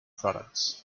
products